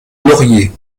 laurier